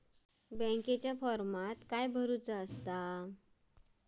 बँकेच्या फारमात काय भरायचा?